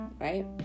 right